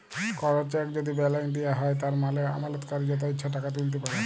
call cheque যদি balance দিঁয়া হ্যয় তার মালে আমালতকারি যত ইছা টাকা তুইলতে পারে